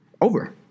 over